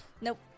Nope